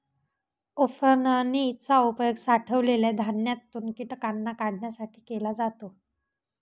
उफणनी चा उपयोग साठवलेल्या धान्यातून कीटकांना काढण्यासाठी केला जातो